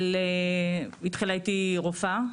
התחילה איתי רופאה,